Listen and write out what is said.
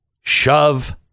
shove